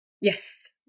Yes